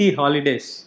holidays